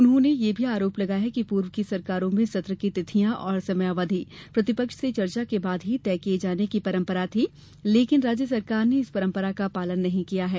उन्होंने यह भी आरोप लगाया कि पूर्व की सरकारों में सत्र की तिथियां और समयावधि प्रतिपक्ष से चर्चा के बाद ही तय किए जाने की परंपरा थी लेकिन राज्य सरकार ने इस परंपरा का पालन नहीं किया है